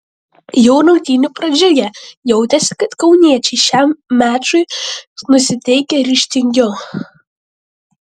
jau rungtynių pradžioje jautėsi kad kauniečiai šiam mačui nusiteikę ryžtingiau